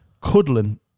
cuddling-